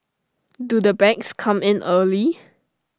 do the bags come in early